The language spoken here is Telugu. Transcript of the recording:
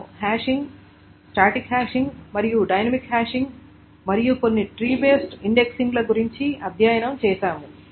మనం హ్యాషింగ్ స్టాటిక్ హ్యాషింగ్ మరియు డైనమిక్ హాషింగ్ మరియు కొన్ని ట్రీ బేస్డ్ ఇండెక్సింగ్ ల గురించి అధ్యయనం చేసాము